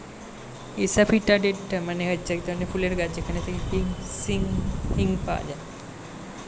asafoetida মানে হচ্ছে এক ধরনের ফুলের গাছ যেখান থেকে হিং পাওয়া যায়